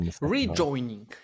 Rejoining